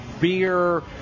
beer